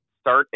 start